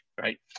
right